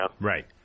Right